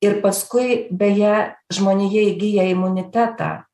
ir paskui beje žmonija įgija imunitetą